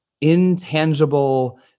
intangible